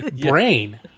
Brain